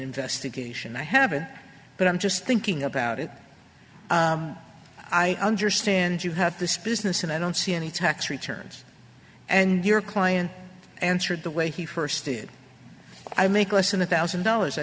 investigation i haven't but i'm just thinking about it i understand you have this business and i don't see any tax returns and your client answered the way he first did i make less than a thousand dollars i